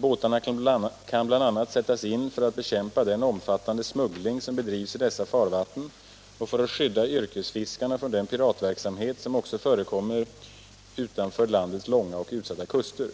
Båtarna kan bl.a. sättas in för att bekämpa den omfattande smuggling som bedrivs i dessa farvatten och för att skydda yrkesfiskarna från den piratverksamhet som också förekommer utanför landets långa och utsatta kuster.